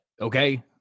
okay